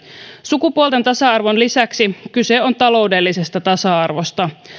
sukupuolten tasa arvon lisäksi kyse on taloudellisesta tasa arvosta